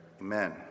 Amen